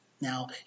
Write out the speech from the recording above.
Now